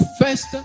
first